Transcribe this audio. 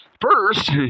first